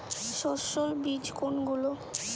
সস্যল বীজ কোনগুলো?